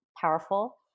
powerful